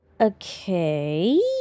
Okay